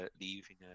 leaving